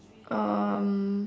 um